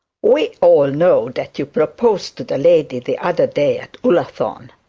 we all know that you proposed to the lady the other day at ullathorne.